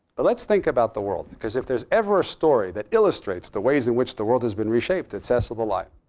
but let's think about the world, because if there's ever a story that illustrates the ways in which the world has been reshaped, it's cecil the lion.